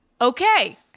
okay